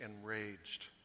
enraged